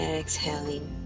exhaling